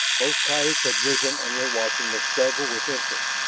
both coyotes had arisen and were watching the struggle with interest,